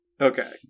Okay